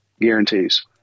guarantees